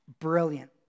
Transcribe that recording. brilliant